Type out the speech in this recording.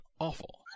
awful